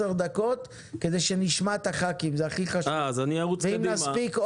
דקות כדי שנשמע את חברי הכנסת ועוד אנשים.